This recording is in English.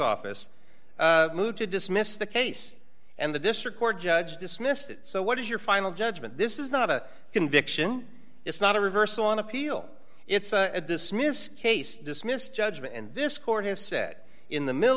office moved to dismiss the case and the district court judge dismissed it so what is your final judgment this is not a conviction it's not a reversal on appeal it's a dismiss case dismissed judgment and this court has said in the